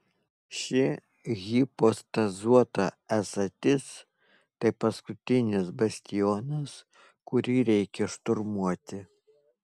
ši hipostazuota esatis tai paskutinis bastionas kurį reikia šturmuoti